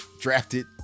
drafted